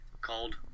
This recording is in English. called